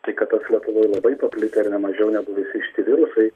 tai kad tas vat yra labai paplitę ir ne mažiau negu visi šiti virusai